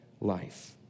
life